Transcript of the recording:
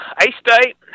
A-State